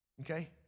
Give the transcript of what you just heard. okay